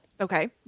Okay